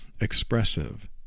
expressive